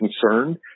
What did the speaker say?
concerned